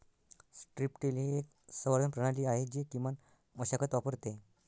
strip till ही एक संवर्धन प्रणाली आहे जी किमान मशागत वापरते